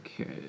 Okay